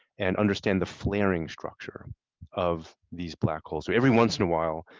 and understand the flaring structure of these black holes. so every once in a while,